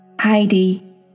Heidi